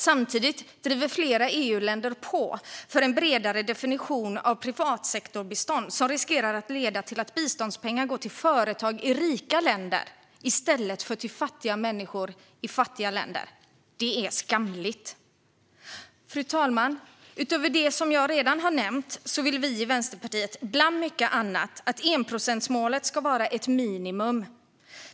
Samtidigt driver flera EU-länder på för en bredare definition av privatsektorbistånd som riskerar att leda till att biståndspengar går till företag i rika länder i stället för till fattiga människor i fattiga länder. Det är skamligt. Fru talman! Utöver det jag redan har nämnt vill vi i Vänsterpartiet, bland mycket annat, att enprocentsmålet ska vara ett minimum.